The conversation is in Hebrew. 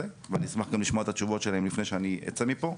ואני אשמח לשמוע את התשובות שלהם לפני שאני אצא מפה.